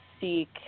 seek